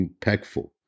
impactful